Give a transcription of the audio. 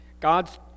God's